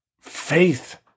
Faith